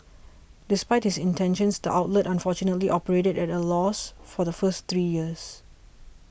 despite his intentions the outlet unfortunately operated at a loss for the first three years